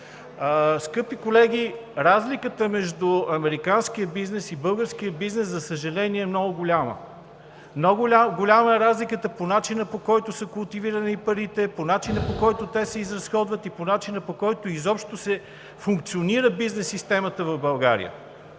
Скъпи колеги, разликата между американския бизнес и българския бизнес, за съжаление, е много голяма. Много голяма е разликата по начина, по който са култивирани парите, по начина, по който те са изразходват, и по начина, по който изобщо функционира бизнес системата в България.